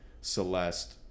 Celeste